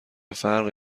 فرقی